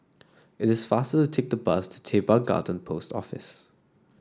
it is faster take the bus to Teban Garden Post Office